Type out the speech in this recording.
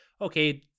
okay